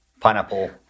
pineapple